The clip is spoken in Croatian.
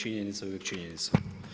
Činjenica je uvijek činjenica.